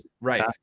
Right